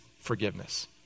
forgiveness